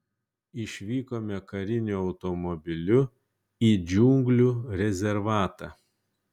išvykome kariniu automobiliu į džiunglių rezervatą